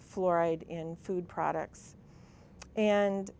fluoride in food products and